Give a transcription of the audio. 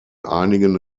einigen